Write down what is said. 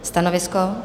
Stanovisko?